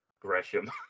Gresham